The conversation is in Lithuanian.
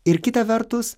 ir kita vertus